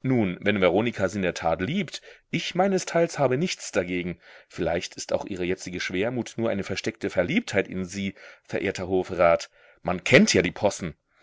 nun wenn veronika sie in der tat liebt ich meinesteils habe nichts dagegen vielleicht ist auch ihre jetzige schwermut nur eine versteckte verliebtheit in sie verehrter hofrat man kennt ja die possen